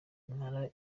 impala